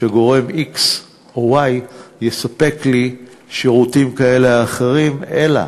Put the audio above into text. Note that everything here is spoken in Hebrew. שגורם x או y יספק לי שירותים כאלה או אחרים, אלא